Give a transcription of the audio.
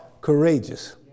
courageous